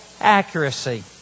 accuracy